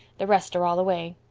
the rest are all away.